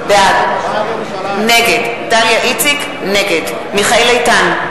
נגד מיכאל איתן,